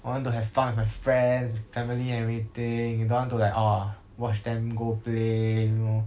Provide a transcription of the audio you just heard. I want to have fun with my friends family everything I don't want to like !wah! watch them go play you know